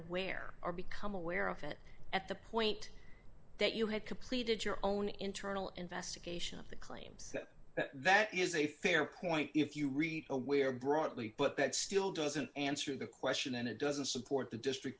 aware or become aware of it at the point that you had completed your own internal investigation of the claims that that is a fair point if you read a where broadly but that still doesn't answer the question and it doesn't support the district